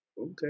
Okay